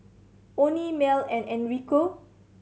Onie Mell and Enrico